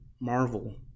marvel